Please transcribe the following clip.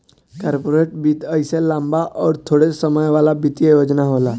corporate वित्त अइसे लम्बा अउर थोड़े समय वाला वित्तीय योजना होला